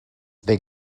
they